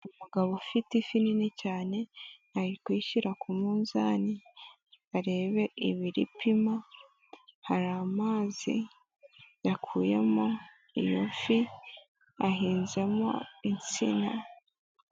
Umugabo ufite ifi nini cyane ari kuyishyira ku munzani ngo arebe ibiro ipima, hari amazi yakuyemo iyo fi, ahinzemo insina.